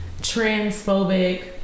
transphobic